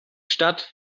stadt